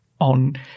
on